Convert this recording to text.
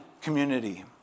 community